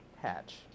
hatch